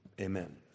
Amen